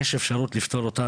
יש אפשרות לפתור אותה,